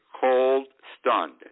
cold-stunned